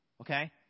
Okay